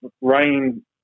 Rain